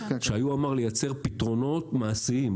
שהיה אמור לייצר פתרונות מעשיים,